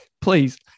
Please